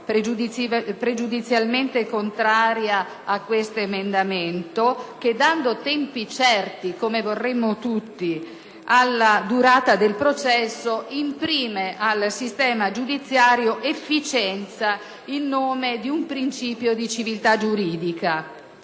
pregiudizialmente contraria a questo emendamento che, fissando tempi certi – come vorremmo tutti – alla durata del processo, imprime al sistema giudiziario efficienza, in nome di un principio di civilta giuridica.